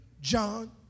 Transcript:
John